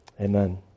amen